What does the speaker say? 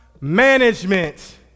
management